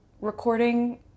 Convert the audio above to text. recording